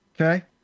okay